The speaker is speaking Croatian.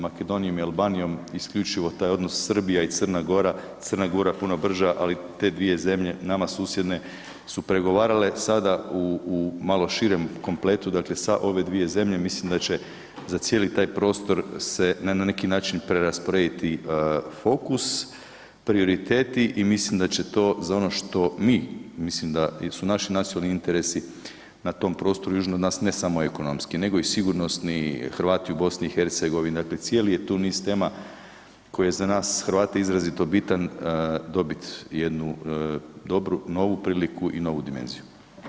Makedonijom i Albanijom isključivo taj odnos Srbija i Crna Gora, Crno Gora, puno brža, ali te dvije zemlje nama susjedne su pregovarale sada u malo širem kompletu, dakle sa ove dvije zemlje mislim da će za cijeli taj prostor se na neki način preraspodijeliti fokus, prioriteti i mislim da će to, za ono što mi mislim da su naši nacionalni interesi na tom prostoru, južno od nas, ne samo ekonomski nego i sigurnosni, Hrvati u BiH, dakle cijeli je tu niz tema koje za nas Hrvate izrazito bitan, dobiti jednu dobru novu priliku i novu dimenziju.